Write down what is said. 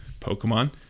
Pokemon